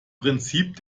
prinzip